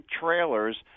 trailers